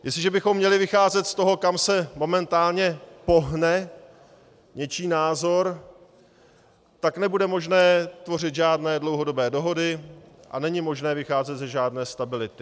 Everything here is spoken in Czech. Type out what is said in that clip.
Jestliže bychom měli vycházet z toho, kam se momentálně pohne něčí názor, tak nebude možné tvořit žádné dlouhodobé dohody a není možné vycházet ze žádné stability.